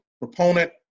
proponent